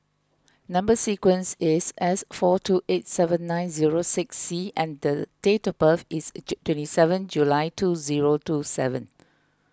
Number Sequence is S four two eight seven nine zero six C and date of birth is twenty seven July two zero two seven